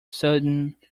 sudden